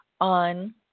on